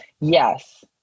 Yes